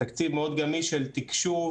תקציב מאוד גמיש של תקשוב,